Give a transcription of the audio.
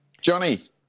Johnny